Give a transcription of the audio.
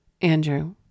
Andrew